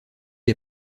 est